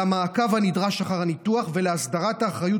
למעקב הנדרש אחר הניתוח ולהסדרת האחריות